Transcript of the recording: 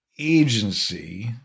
agency